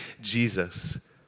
Jesus